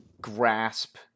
grasp